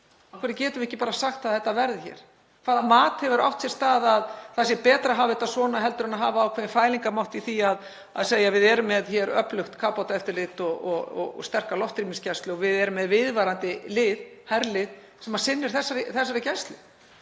hverju getum við ekki bara sagt að þetta verði hér? Hvaða mat hefur átt sér stað að um það sé betra að hafa þetta svona en að hafa ákveðinn fælingarmátt í því að segja að við séum með öflugt kafbátaeftirlit og sterka loftrýmisgæslu og með viðvarandi lið herlið sem sinnir þessari gæslu?